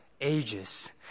ages